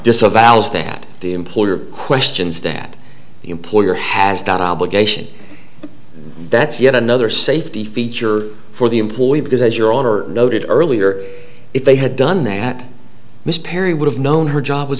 disavows that the employer questions that the employer has that obligation that's yet another safety feature for the employee because as your honor noted earlier if they had done that mr perry would have known her job was